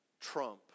Trump